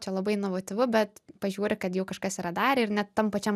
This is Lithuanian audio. čia labai inovatyvu bet pažiūri kad jau kažkas yra darę ir net tam pačiam